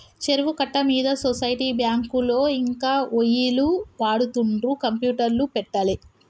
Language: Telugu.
చెరువు కట్ట మీద సొసైటీ బ్యాంకులో ఇంకా ఒయ్యిలు వాడుతుండ్రు కంప్యూటర్లు పెట్టలే